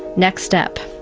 next step.